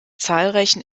zahlreichen